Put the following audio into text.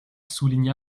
souligne